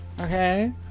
Okay